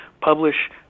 publish